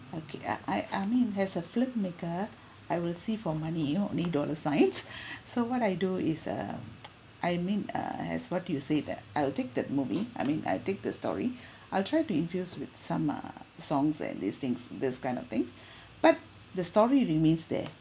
okay I I I mean has a filmmaker I will see for money you know only dollar signs so what I do is um I mean err as what you say that I'll take that movie I mean I'll take the story I'll try to infuse with some err songs and these things this kind of things but the story remains there